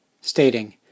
stating